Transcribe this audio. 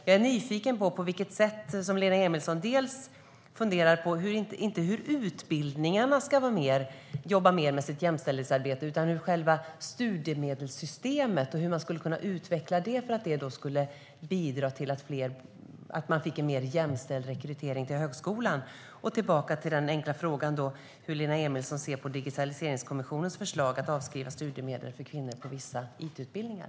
Jag är nyfiken på hur Lena Emilsson funderar på detta. Det gäller inte hur utbildningarna ska jobba mer med sitt jämställdhetsarbete utan hur man skulle kunna utveckla själva studiemedelssystemet för att bidra till att man får en mer jämställd rekrytering till högskolan. Jag kommer tillbaka till den enkla frågan om hur Lena Emilsson ser på Digitaliseringskommissionens förslag att avskriva studiemedel för kvinnor på vissa it-utbildningar.